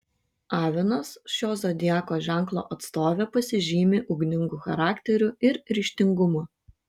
avinas šio zodiako ženklo atstovė pasižymi ugningu charakteriu ir ryžtingumu